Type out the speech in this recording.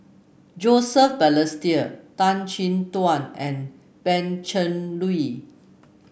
Joseph Balestier Tan Chin Tuan and Pan Cheng Lui